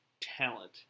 talent